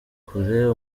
kure